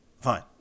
Fine